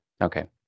okay